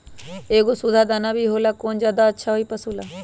एगो सुधा दाना भी होला कौन ज्यादा अच्छा होई पशु ला?